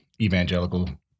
evangelical